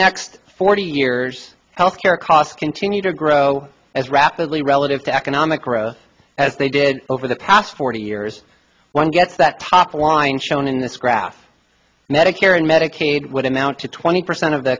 next forty years health care costs continue to grow as rapidly relative to economic growth as they did over the past forty years one gets that top line shown in this graph medicare and medicaid would amount to twenty percent of the